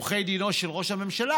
עורכי דינו של ראש הממשלה,